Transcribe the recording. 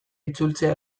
itzultzea